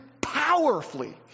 powerfully